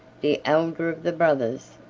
the elder of the brothers,